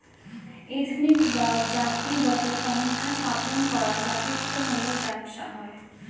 ethnic বা জাতিগত সংস্থা স্থাপন করা জাতিত্ব মূলক ব্যবসা হয়